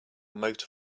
motor